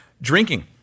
drinking